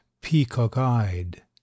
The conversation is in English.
peacock-eyed